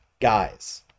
guys